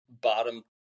bottom